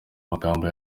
magambo